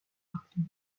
parties